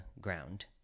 ground